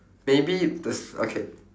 maybe this okay